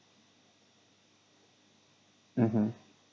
mmhmm